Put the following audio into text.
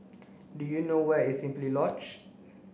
do you know where is Simply Lodge